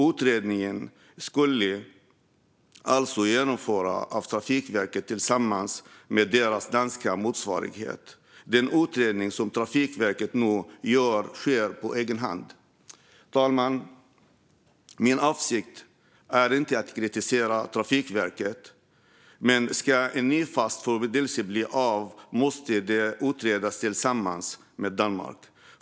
Utredningen skulle alltså genomföras av Trafikverket tillsammans med dess danska motsvarighet. Den utredning som Trafikverket nu gör sker på egen hand. Herr talman! Min avsikt är inte att kritisera Trafikverket. Men om en ny fast förbindelse ska bli av måste det utredas tillsammans med Danmark.